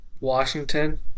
Washington